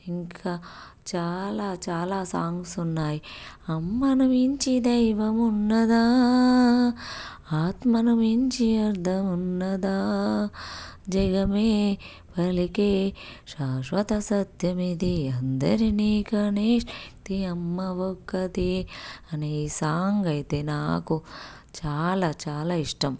ఇంకా చాలా చాలా సాంగ్సు ఉన్నాయి అమ్మను మించి దైవమున్నదా ఆత్మను మించి అర్థమున్నదా జగమే పలికే శాశ్వత సత్యమిదే అందరిని కనేది అమ్మ ఒక్కతే అనే సాంగ్ అయితే నాకు చాలా చాలా ఇష్టం